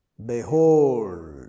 Behold